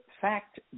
fact